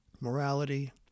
morality